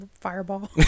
Fireball